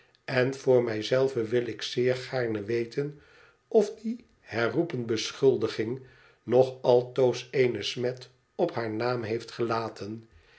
en voor mij zei ven wil ik zeer gaarne weten of die herroepen beschuldiging nog altoos eene smet op haar naam heeft gelaten